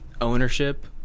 ownership